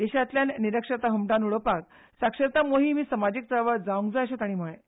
देशांतल्यान निरक्षरताय हमटावन उडोवपाक साक्षरताय मोहीम ही समाजीक चळवळ जावंक जाय तांणी सांगलें